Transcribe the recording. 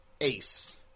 ace